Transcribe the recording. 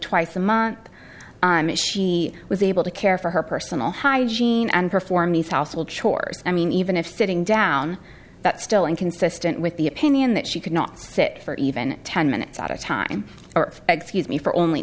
twice a month she was able to care for her personal hygiene and perform these household chores i mean even if sitting down but still inconsistent with the opinion that she could not sit for even ten minutes at a time or excuse me for only